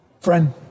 Friend